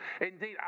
Indeed